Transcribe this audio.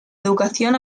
educación